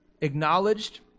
acknowledged